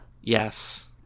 yes